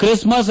Christmas